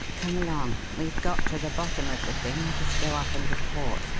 come along we've got to the bottom of the thing, let us go up and report.